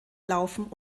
laufen